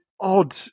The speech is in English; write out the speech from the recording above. odd